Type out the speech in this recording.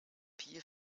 pier